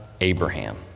Abraham